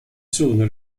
sono